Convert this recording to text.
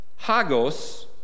hagos